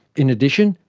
in addition,